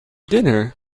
dinner